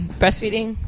breastfeeding